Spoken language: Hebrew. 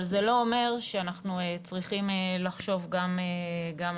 אבל זה לא אומר שאנחנו לא צריכים לחשוב גם עליהם.